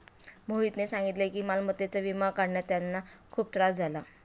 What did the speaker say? मोहितने सांगितले की मालमत्तेचा विमा काढण्यात त्यांना खूप त्रास झाला